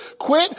quit